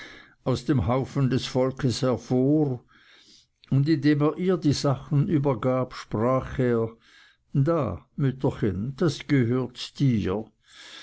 aus dem haufen des volks hervor und indem er ihr die sachen übergab sprach er da mütterchen das gehört dir